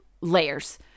layers